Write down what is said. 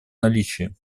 наличии